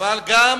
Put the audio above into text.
אבל גם